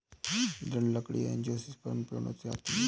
दृढ़ लकड़ी एंजियोस्पर्म पेड़ों से आती है